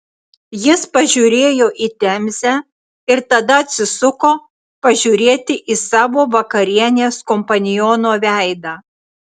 jis pažiūrėjo į temzę ir tada atsisuko pažiūrėti į savo vakarienės kompaniono veidą